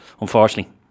Unfortunately